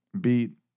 beat